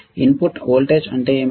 input voltage అంటే ఏమిటి